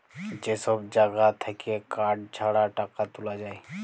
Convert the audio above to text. যে সব জাগা থাক্যে কার্ড ছাড়া টাকা তুলা যায়